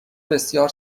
بسیار